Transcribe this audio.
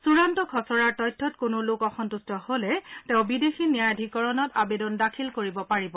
চুড়ান্ত খচৰাৰ তথ্যত কোনো লোক অসম্ভেষ্ট হলে তেওঁ বিদেশী ন্যায়াধীকৰণত আবেদন দাখিল কৰিব পাৰিব